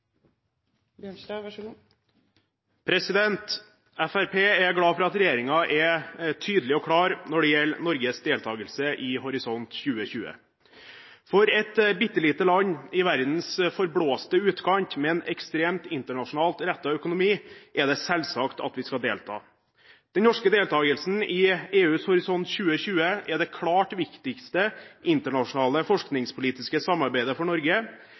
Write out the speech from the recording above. tydelig og klar når det gjelder Norges deltakelse i Horisont 2020. For et bittelite land i verdens forblåste utkant med en ekstremt internasjonalt rettet økonomi er det selvsagt å delta. Den norske deltakelsen i EUs Horisont 2020 er det klart viktigste internasjonale forskningspolitiske samarbeidet for Norge